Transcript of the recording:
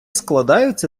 складаються